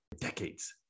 decades